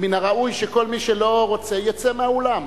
מן הראוי שכל מי שלא רוצה יצא מן האולם,